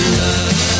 love